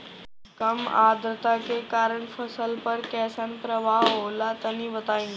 कम आद्रता के कारण फसल पर कैसन प्रभाव होला तनी बताई?